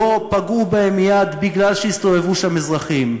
לא פגעו בהם מייד בגלל שהסתובבו שם אזרחים.